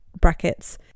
brackets